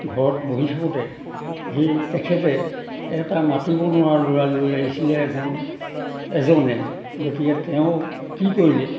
ঘৰত বহি থাকোঁতে সেই তেখেতে এটা মাতিব নোৱাৰা ল'ৰা লৈ আহিছিলে এজন এজনে গতিকে তেওঁ কি কৰিলে